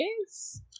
Yes